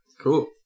Cool